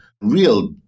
Real